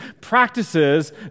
practices